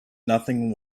nothing